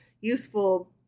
useful